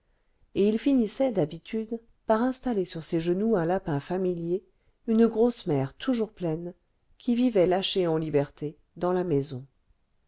et il finissait d'habitude par installer sur ses genoux un lapin familier une grosse mère toujours pleine qui vivait lâchée en liberté dans la maison